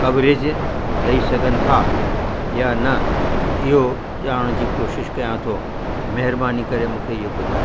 coverage ॾेई सघनि था या न इहो ॼाणण जी कोशिशि कयां थो महिरबानी करे मूंखे इहो ॿुधायो